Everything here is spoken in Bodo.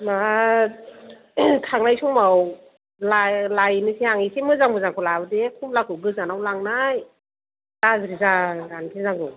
मा थांनाय समाव लाय लायनोसै आं एसे मोजां मोजांखौ लाबोदे कमलाखौ गोजानआव लांनाय गाज्रि जाजानो गिनांगौ